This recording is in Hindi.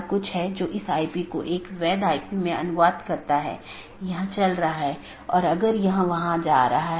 प्रत्येक AS के पास इष्टतम पथ खोजने का अपना तरीका है जो पथ विशेषताओं पर आधारित है